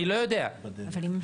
אני לא יודע עם קבלה.